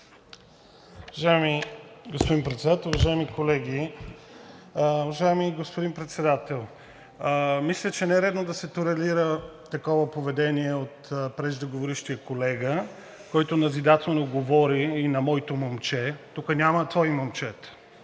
Уважаеми господин Председател, уважаеми колеги! Уважаеми господин Председател, мисля, че не е редно да се толерира такова поведение от преждеговорившия колега, който назидателно говори на „моето момче“. Тук няма твои момчета.